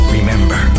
Remember